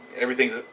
Everything's